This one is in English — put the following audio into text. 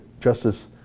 Justice